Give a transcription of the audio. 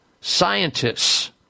scientists